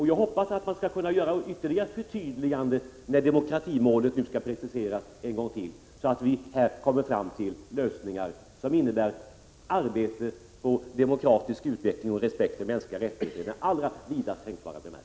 Jag hoppas att man skall kunna göra ytterligare förtydliganden när demokratimålen nu skall preciseras ytterligare en gång, så att vi kommer fram till lösningar som innebär arbete för att skapa demokratisk utveckling och respekt för mänskliga rättigheter i dess allra vidaste tänkbara bemärkelse.